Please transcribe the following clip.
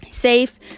safe